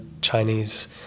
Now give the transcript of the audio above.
Chinese